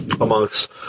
amongst